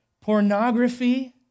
pornography